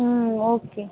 ம் ஓகே